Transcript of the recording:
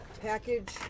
package